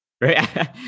Right